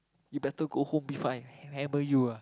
you better go home before I hammer you ah